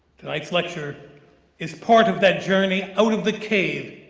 tonight's lecture is part of that journey out of the cave,